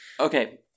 Okay